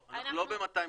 אתם הורסים את העסקים,